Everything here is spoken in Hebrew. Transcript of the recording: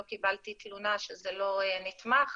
לא קיבלתי תלונה שזה לא נתמך,